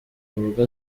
rugo